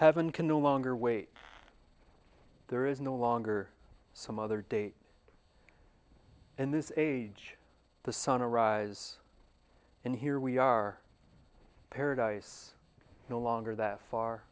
heaven can no longer wait there is no longer some other date in this age the sunrise and here we are paradise no longer that far